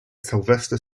sylvester